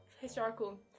historical